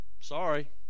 sorry